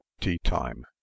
tea-time